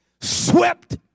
swept